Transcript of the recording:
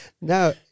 now